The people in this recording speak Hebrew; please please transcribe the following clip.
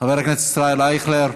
חבר הכנסת ישראל אייכלר,